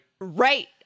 Right